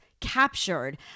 Captured